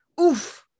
Oof